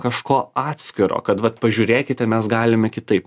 kažko atskiro kad vat pažiūrėkite mes galime kitaip